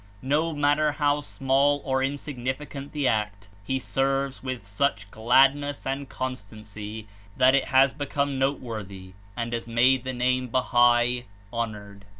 no matter how small or insignificant the act, he serves with such gladness and constancy that it has become noteworthy and has made the name bahai honored.